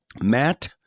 Matt